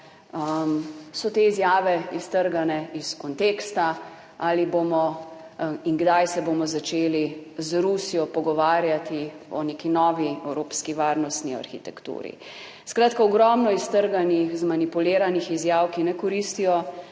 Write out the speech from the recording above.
so te izjave iztrgane iz konteksta. Ali bomo in kdaj se bomo začeli z Rusijo pogovarjati o neki novi evropski varnostni arhitekturi, skratka, ogromno iztrganih, zmanipuliranih izjav, ki ne koristijo